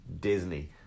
Disney